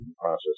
process